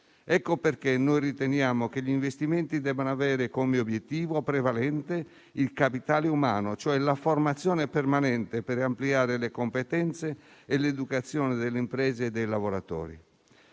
Per questo riteniamo che gli investimenti debbano avere come obiettivo prevalente il capitale umano, cioè la formazione permanente per ampliare le competenze e l'educazione delle imprese e dei lavoratori.